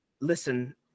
Listen